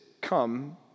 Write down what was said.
come